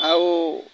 ଆଉ